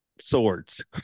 swords